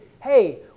Hey